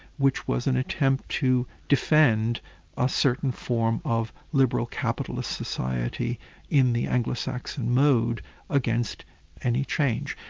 which was an attempt to defend a certain form of liberal capitalist society in the anglo saxon mode against any change.